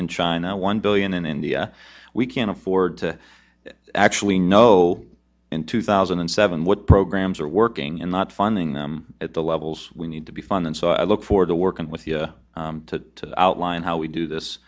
in china one billion in india we can't afford to actually know in two thousand and seven what programs are working and not funding them at the levels we need to be fun and so i look forward to working with the to outline how we do this